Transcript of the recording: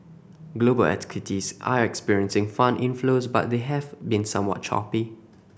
global equities are experiencing fund inflows but they have been somewhat choppy